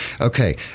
Okay